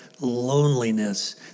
loneliness